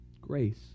Grace